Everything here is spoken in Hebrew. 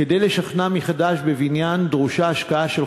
כדי לשכנן מחדש בבניין דרושה השקעה של